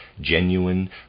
genuine